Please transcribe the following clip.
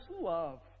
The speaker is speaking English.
love